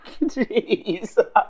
Jeez